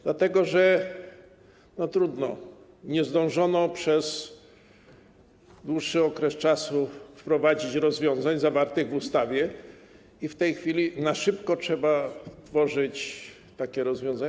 Dlatego że - trudno - nie zdążono przez dłuższy czas wprowadzić rozwiązań zawartych w ustawie i w tej chwili na szybko trzeba tworzyć takie rozwiązanie.